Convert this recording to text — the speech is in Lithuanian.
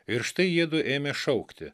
ir štai jiedu ėmė šaukti